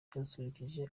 ryasusurukije